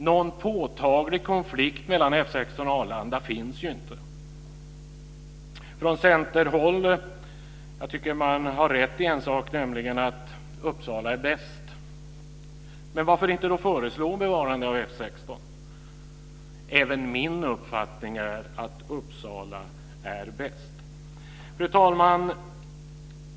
Någon påtaglig konflikt mellan F 16 och Arlanda finns inte. Jag tycker att Centern har rätt i en sak, nämligen att Uppsala är bäst. Men varför då inte föreslå ett bevarande av F 16? Även min uppfattning är att Uppsala är bäst. Fru talman!